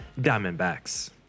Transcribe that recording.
Diamondbacks